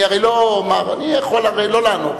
הרי אני יכול לא לענות.